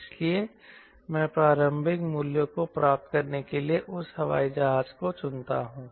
इसलिए मैं प्रारंभिक मूल्यों को प्राप्त करने के लिए उस हवाई जहाज को चुनता हूं